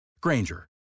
Granger